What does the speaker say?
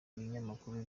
ibinyamakuru